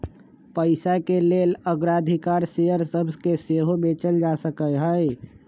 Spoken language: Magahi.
पइसाके लेल अग्राधिकार शेयर सभके सेहो बेचल जा सकहइ